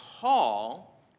call